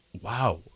Wow